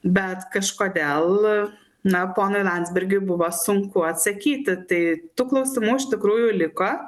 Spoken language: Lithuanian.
bet kažkodėl na ponui landsbergiui buvo sunku atsakyti tai tų klausimų iš tikrųjų liko